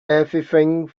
everything